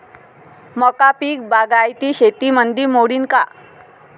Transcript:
मका पीक बागायती शेतीमंदी मोडीन का?